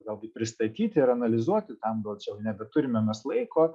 galbūt pristatyti ir analizuoti tam duočiau nebeturime mes laiko